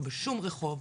או בשום רחוב,